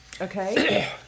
Okay